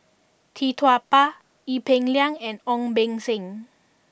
Tee Tua Ba Ee Peng Liang and Ong Beng Seng